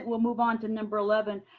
we'll move on to number eleven.